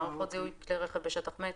מערכות זיהוי כלי רכב בשטח מת,